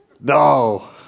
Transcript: No